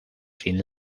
sin